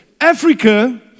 Africa